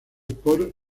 por